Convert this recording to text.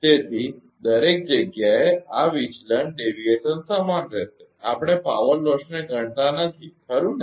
તેથી દરેક જગ્યાએ આ વિચલન ડેવીએશન સમાન રહેશે આપણે પાવર લોસને ગણતા નથી ખરુ ને